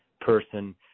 person